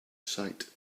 sight